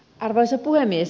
arvoisa puhemies